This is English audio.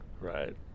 Right